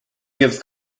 gives